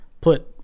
put